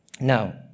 Now